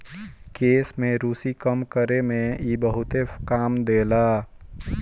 केश में रुसी कम करे में इ बहुते काम देला